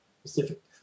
specific